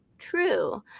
true